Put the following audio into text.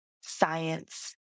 science